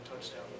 touchdown